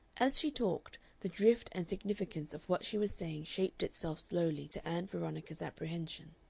as she talked, the drift and significance of what she was saying shaped itself slowly to ann veronica's apprehension.